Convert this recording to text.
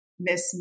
Miss